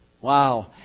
Wow